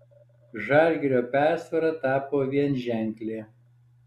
žalgirio persvara tapo vienženklė